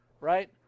right